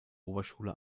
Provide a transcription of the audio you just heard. oberschule